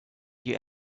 you